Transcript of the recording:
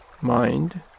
mind